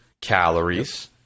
calories